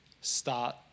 start